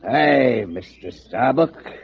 hey, mr. starbuck